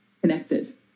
connected